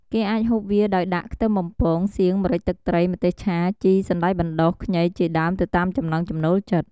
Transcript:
គេអាចហូបវាដោយដាក់ ខ្ទឹមបំពង សៀង ម្រេច ទឹកត្រី ម្ទេសឆា ជី សណ្តែកបណ្តុះ ខ្ញី ជាដើមទៅតាមចំណង់ចំណូលចិត្ត។